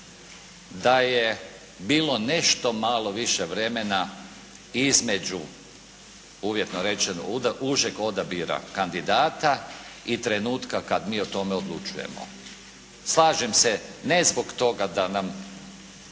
da je bilo nešto malo više vremena između uvjetno rečeno, užeg odabira kandidata i trenutka kad mi o tome odlučujemo. Slažem se ne zbog toga da nam